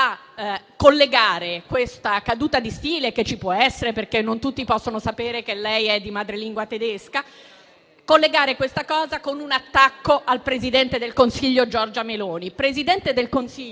a collegare questa caduta di stile, che ci può essere, perché non tutti possono sapere che lei è di madrelingua tedesca, con un attacco al Presidente del Consiglio Giorgia Meloni.